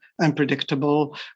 unpredictable